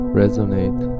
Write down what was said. resonate